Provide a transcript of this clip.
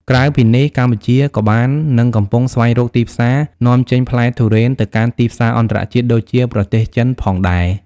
ក្រៅពីនេះ កម្ពុជាក៏បាននឹងកំពុងស្វែងរកទីផ្សារនាំចេញផ្លែទុរេនទៅកាន់ទីផ្សារអន្តរជាតិដូចជាប្រទេសចិនផងដែរ។